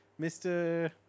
Mr